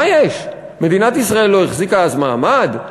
מה יש, מדינת ישראל לא החזיקה אז מעמד?